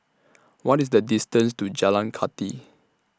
What IS The distance to Jalan Kathi